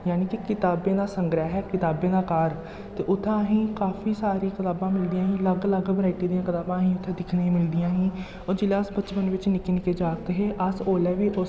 जानि कि कताबें दा संग्रैह् कताबें दा घार ते उत्थै असें गी काफी सारी कताबां मिलदियां ही अलग अलग बेरायटी दियां कताबां असें गी उत्थै दिक्खने गी मिलदियां हीं और जिल्लै अस बचपन बिच्च निक्के निक्के जागत हे अस ओल्लै बी उस